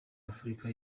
afurika